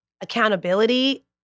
accountability